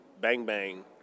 bang-bang